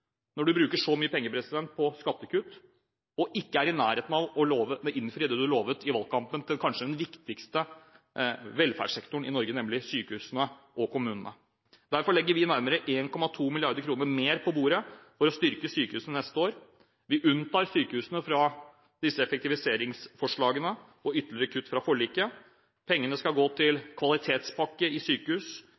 når man bruker så mye penger på skattekutt og ikke er i nærheten av å innfri det man lovet i valgkampen til kanskje den viktigste velferdssektoren i Norge, nemlig sykehusene og kommunene. Derfor legger vi nærmere 1,2 mrd. kr mer på bordet for å styrke sykehusene neste år. Vi unntar sykehusene fra disse effektiviseringsforslagene og ytterligere kutt fra forliket. Pengene skal gå til kvalitetspakke til sykehus, kveldsåpne poliklinikker og pilotprosjekter for å få ned ventetidene, rus og psykiatri, protonterapi i